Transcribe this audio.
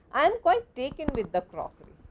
i am quite taken with the crockery.